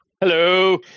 Hello